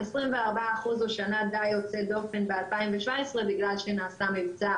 24% זו שנה די יוצאת דופן ב-2017 בגלל שנעשה מבצע